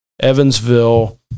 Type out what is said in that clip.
Evansville